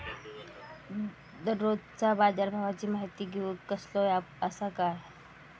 दररोजच्या बाजारभावाची माहिती घेऊक कसलो अँप आसा काय?